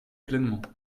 pleinement